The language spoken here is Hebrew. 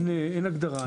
אין הגדרה חוקית.